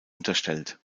unterstellt